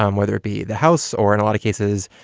um whether it be the house or in a lot of cases.